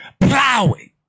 plowing